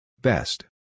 Best